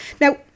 now